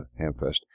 Hamfest